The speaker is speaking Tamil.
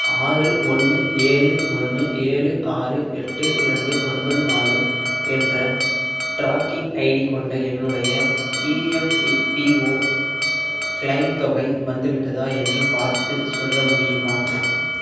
ஆறு ஒன்று ஏழு ஒன்று ஏழு ஆறு எட்டு இரண்டு ஒன்பது நாலு என்ற ட்ராக்கிங் ஐடி கொண்ட என்னுடைய இஎஃப்பிஓ கிளெய்ம் தொகை வந்துவிட்டதா என்று பார்த்துச் சொல்ல முடியுமா